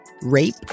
rape